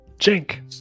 Jink